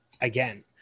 again